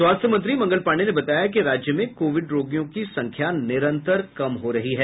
स्वास्थ्य मंत्री मंगल पांडे ने बताया कि राज्य में कोविड रोगियों की संख्या निरंतर कम हो रही है